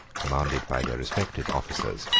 commanded by their respective officers,